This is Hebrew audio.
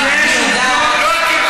לא יעזור לך,